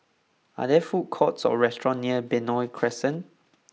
are there food courts or restaurants near Benoi Crescent